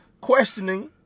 questioning